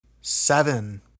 Seven